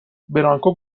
برانکو